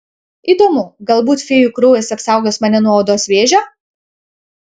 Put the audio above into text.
įdomu galbūt fėjų kraujas apsaugos mane nuo odos vėžio